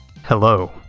hello